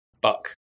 buck